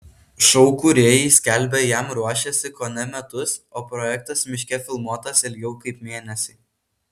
šou kūrėjai skelbia jam ruošęsi kone metus o projektas miške filmuotas ilgiau kaip mėnesį